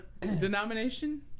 Denomination